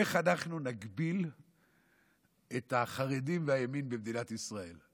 איך אנחנו נגביל את החרדים והימין במדינת ישראל?